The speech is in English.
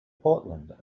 portland